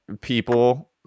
people